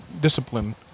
discipline